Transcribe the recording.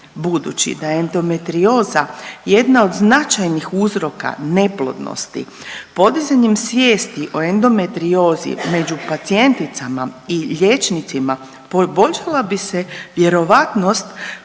Budući da je endometrioza jedna od značajnih uzroka neplodnosti, podizanjem svijesti o endometriozi među pacijenticama i liječnicima poboljšala bi se vjerojatnost